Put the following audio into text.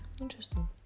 Interesting